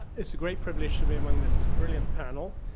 it's a great privilege to be among this brilliant panel.